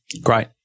great